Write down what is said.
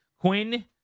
Quinn